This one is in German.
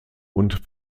und